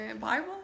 Bible